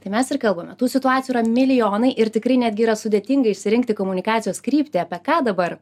tai mes ir kalbame tų situacijų yra milijonai ir tikrai netgi yra sudėtinga išsirinkti komunikacijos kryptį apie ką dabar